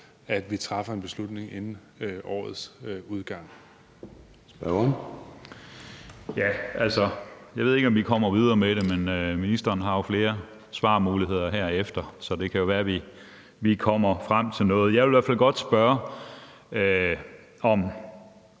Gade): Spørgeren. Kl. 13:58 Peter Skaarup (DD): Jeg ved ikke, om vi kommer videre med det, men ministeren har jo flere svarmuligheder herefter, så det kan være, at vi kommer frem til noget. Men jeg vil i hvert fald godt spørge,